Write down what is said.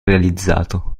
realizzato